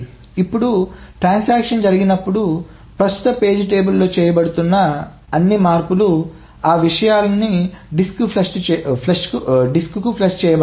ఇప్పుడు ట్రాన్సాక్షన్ జరిగినప్పుడు ప్రస్తుత పేజీ పట్టికలో చేయబడుతున్న అన్ని మార్పులు ఆ విషయాలన్నీ డిస్క్కి ఫ్లష్ చేయబడతాయి